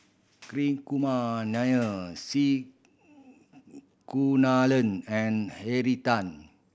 Hri Kumar Nair C Kunalan and Henry Tan